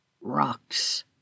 Rocks